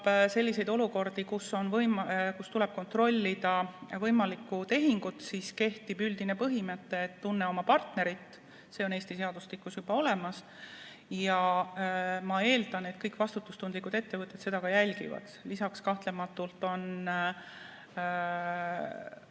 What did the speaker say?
selliseid olukordi, kus tuleb kontrollida võimalikku tehingut, siis kehtib üldine põhimõte, et tunne oma partnerit. See on Eesti seadustikus juba olemas ja ma eeldan, et kõik vastutustundlikud ettevõtted seda ka järgivad. Lisaks on